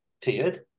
tiered